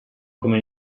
come